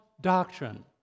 doctrine